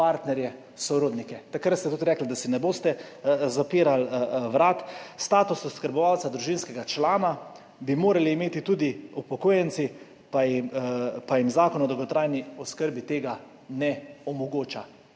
partnerje, sorodnike. Takrat ste tudi rekli, da si ne boste zapirali vrat. Status oskrbovalca družinskega člana bi morali imeti tudi upokojenci, pa jim Zakon o dolgotrajni oskrbi tega ne omogoča.